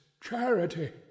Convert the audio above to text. charity